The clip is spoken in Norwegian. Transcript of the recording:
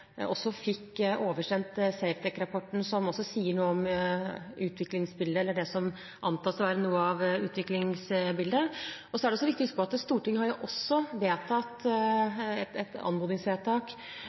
også forslag. Det er jo ikke lenge siden utvalget fikk oversendt Safetec-rapporten, som også sier noe om utviklingsbildet, eller det som antas å være noe av utviklingsbildet. Så er det også viktig å huske på at Stortinget har